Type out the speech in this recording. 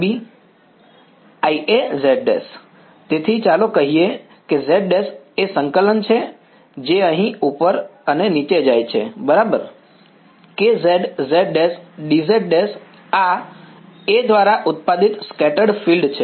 IAz′ તેથી ચાલો કહીએ કે z′ એ સંકલન છે જે અહીં ઉપર અને નીચે જાય છે બરાબર Kz z′ dz′ આ A દ્વારા ઉત્પાદિત સ્કેટર્ડ ફીલ્ડ છે